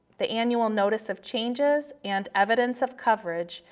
the annual notice of changes and evidence of coverage,